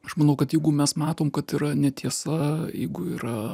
aš manau kad jeigu mes matom kad yra netiesa jeigu yra